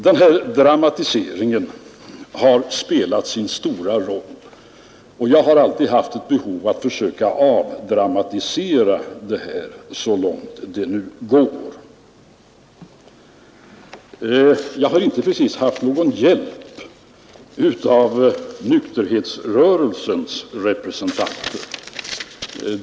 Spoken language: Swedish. Denna dramatisering har spelat sin stora roll, och jag har alltid haft ett behov av att försöka avdramatisera frågan så långt det nu går. Jag har inte precis haft någon hjälp av nykterhetsrörelsens representanter.